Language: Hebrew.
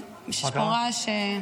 יש פה רעש,